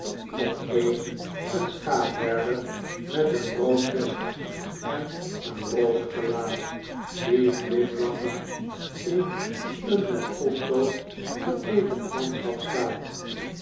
op een een schaapherder met een rood vest en een rose gelaat die glimlachend in een met potlood geteekend landschap staat